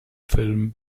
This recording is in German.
film